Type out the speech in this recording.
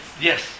Yes